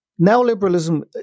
Neoliberalism